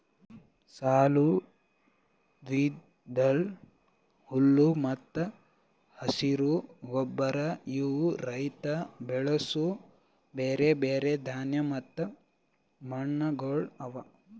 ಸಾಲು, ದ್ವಿದಳ, ಹುಲ್ಲು ಮತ್ತ ಹಸಿರು ಗೊಬ್ಬರ ಇವು ರೈತ ಬಳಸೂ ಬ್ಯಾರೆ ಬ್ಯಾರೆ ಧಾನ್ಯ ಮತ್ತ ಮಣ್ಣಗೊಳ್ ಅವಾ